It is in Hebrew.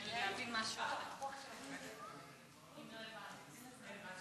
ההצעה להעביר את הנושא לוועדת העבודה,